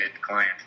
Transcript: client